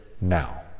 now